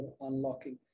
unlocking